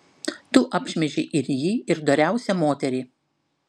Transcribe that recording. tu apšmeižei ir jį ir doriausią moterį